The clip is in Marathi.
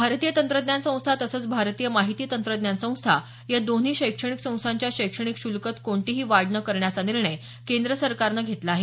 भारतीय तंत्रज्ञान संस्था तसंच भारतीय माहिती तंत्रज्ञान संस्था या दोन्ही शैक्षणिक संस्थांच्या शैक्षणिक शुल्क कोणतीही वाढ न करण्याचा निर्णय केंद्र सरकारनं घेतला आहे